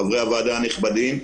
חברי הוועדה הנכבדים,